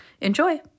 Enjoy